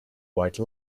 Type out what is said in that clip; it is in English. white